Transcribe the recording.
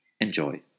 Enjoy